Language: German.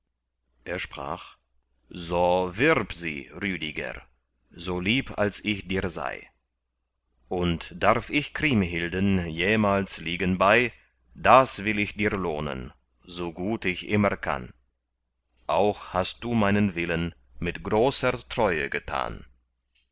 er sprach so wirb sie rüdiger so lieb als ich dir sei und darf ich kriemhilden jemals liegen bei das will ich dir lohnen so gut ich immer kann auch hast du meinen willen mit großer treue getan